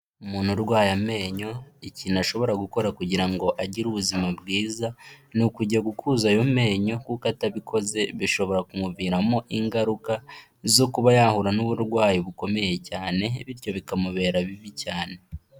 Umuntu urwaye amenyo ikintu ashobora gukora kugira ngo agire ubuzima bwiza, ni ukujya gukuza ayo menyo kuko atabikoze bishobora kumuviramo ingaruka zo kuba yahura n'uburwayi bukomeye cyane bityo bikamubera bibi cyane.